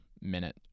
minute